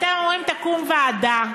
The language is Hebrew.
אתם אומרים: תקום ועדה.